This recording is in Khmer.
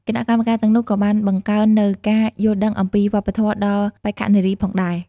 គណៈកម្មការទាំងនោះក៏បានបង្កើននូវការយល់ដឹងអំពីវប្បធម៌ដល់បេក្ខនារីផងដែរ។